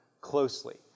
closely